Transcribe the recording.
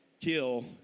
kill